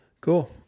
Cool